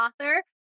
author